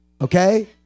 Okay